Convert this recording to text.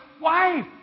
wife